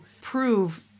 prove